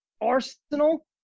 Arsenal